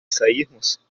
sairmos